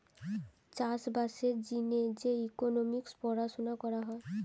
চাষ বাসের জিনে যে ইকোনোমিক্স পড়াশুনা করা হয়